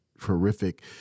horrific